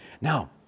Now